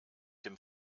dem